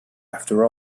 after